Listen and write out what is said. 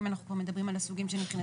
אם אנחנו כבר מדברים על הסוגים שנכנסים?